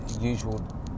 usual